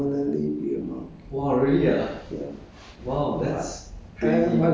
my plan my plan ah my plan is to be a permanently be a monk ya